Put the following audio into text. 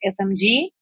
SMG